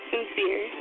Sincere